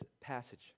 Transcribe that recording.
passage